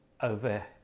over